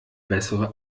bessere